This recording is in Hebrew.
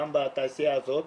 גם בתעשייה הזאת,